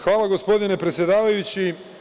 Hvala gospodine predsedavajući.